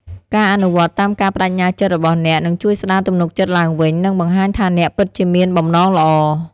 ការអនុវត្តតាមការប្តេជ្ញាចិត្តរបស់អ្នកនឹងជួយស្ដារទំនុកចិត្តឡើងវិញ និងបង្ហាញថាអ្នកពិតជាមានបំណងល្អ។